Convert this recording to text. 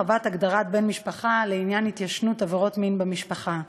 הרחבת הגדרת בן משפחה לעניין התיישנות עבירות מין במשפחה),